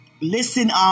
listen